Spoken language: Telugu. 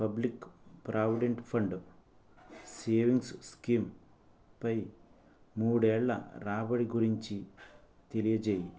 పబ్లిక్ ప్రావిడెంట్ ఫండ్ సేవింగ్స్ స్కీంపై మూడు ఏళ్ళ రాబడి గురించి తెలియజేయి